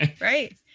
right